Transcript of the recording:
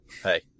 Hey